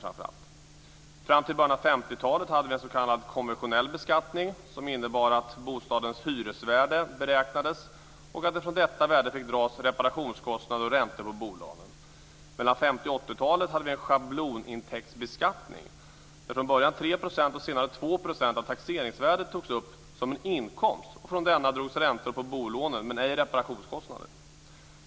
Fram till början av 50-talet hade vi en s.k. konventionell beskattning, som innebar att bostadens hyresvärde beräknades. Från detta värde fick dras reparationskostnader och räntor på bolånen. Mellan 50 och 80 talen hade vi en schablonintäktsbeskattning, där från början 3 % och sedan 2 % av taxeringsvärdet togs upp som en inkomst. Från denna drogs räntor på bolånen men ej reparationskostnader.